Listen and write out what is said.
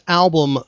album